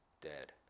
dead